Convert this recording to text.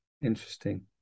interesting